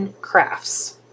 Crafts